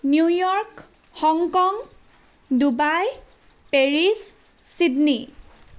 New York Hong Kong Dubai Paris Sydney